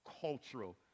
cultural